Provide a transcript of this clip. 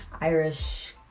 Irish